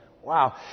Wow